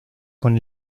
con